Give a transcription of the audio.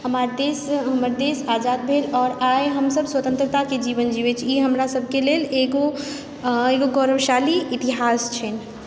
हमर देश हमर देश आजाद भेल आओर आइ हमसभ स्वतन्त्रताके जीवन जीबय छी ई हमरा सबके लेल एगो एगो गौरवशाली इतिहास छन्हि